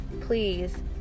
Please